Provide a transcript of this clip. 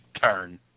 turn